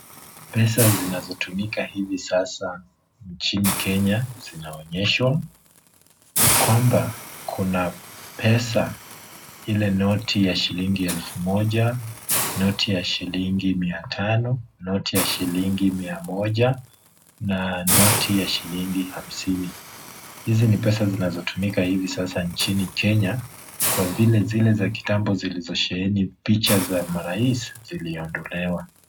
Pesa zinazotumika hivi sasa nchini Kenya zinaonyeshwa, kwamba kuna pesa ile noti ya shilingi elfu moja, noti ya shilingi mia tano noti ya shilingi mia moja na noti ya shilingi hamsini. Hizi ni pesa zinazotumika hivi sasa nchini Kenya, kwa vile zile za kitambo zilizosheheni picha za marais ziliondolewa.